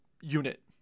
unit